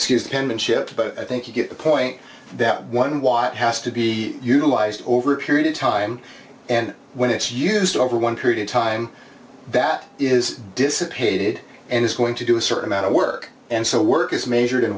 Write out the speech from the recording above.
penmanship but i think you get the point that one watt has to be utilized over a period of time and when it's used over one period of time that is dissipated and it's going to do a certain amount of work and so work is measured in